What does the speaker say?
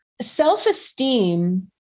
Self-esteem